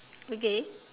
okay